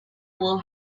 will